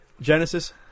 Genesis